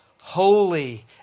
holy